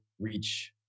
reach